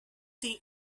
think